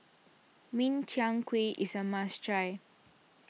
Min Chiang Kueh is a must try